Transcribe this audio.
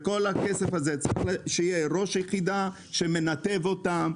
צריך להיות ראש יחידה שמנתב אותם,